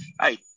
hey